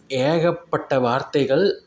ஏகப்பட்ட வார்த்தைகள்